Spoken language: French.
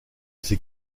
ces